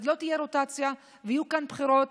אז לא תהיה רוטציה ויהיו כאן בחירות.